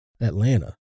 Atlanta